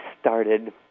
started